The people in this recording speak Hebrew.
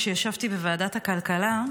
כשישבתי בוועדת הכלכלה,